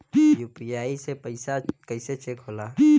UPI से पैसा कैसे चेक होला?